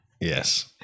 Yes